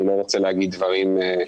אני לא רוצה להגיד דברים שהם לא מבוססים.